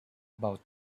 about